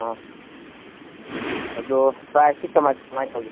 ꯑꯣ ꯑꯗꯣ ꯄ꯭ꯔꯥꯏꯁꯇꯤ ꯀꯃꯥꯏ ꯀꯃꯥꯏ ꯇꯧꯒꯦ